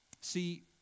See